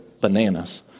bananas